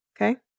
Okay